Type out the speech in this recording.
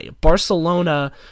Barcelona